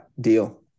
deal